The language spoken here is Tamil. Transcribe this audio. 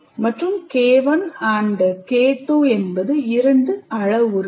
மற்றும் K1 மற்றும் K2 என்பது இரண்டு அளவுருக்கள்